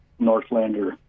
Northlander